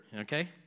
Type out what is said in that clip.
Okay